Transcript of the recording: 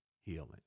healing